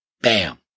bam